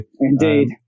indeed